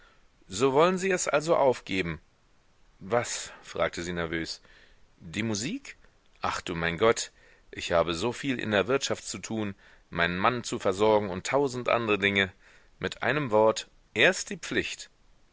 so wollen sie es also aufgeben was fragte sie nervös die musik ach du mein gott ich habe soviel in der wirtschaft zu tun meinen mann zu versorgen und tausend andre dinge mit einem wort erst die pflicht